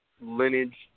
lineage